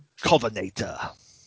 Covenator